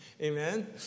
amen